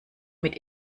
mit